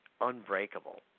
unbreakable